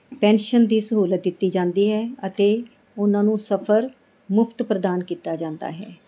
pension ਦੀ ਸਹੂਲਤ ਦਿੱਤੀ ਜਾਂਦੀ ਹੈ ਅਤੇ ਉਹਨਾਂ ਨੂੰ ਸਫਰ ਮੁਫਤ ਪ੍ਰਦਾਨ ਕੀਤਾ ਜਾਂਦਾ ਹੈ